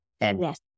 Yes